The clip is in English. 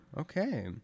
okay